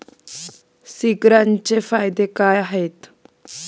सीग्रासचे फायदे काय आहेत?